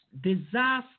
disaster